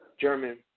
German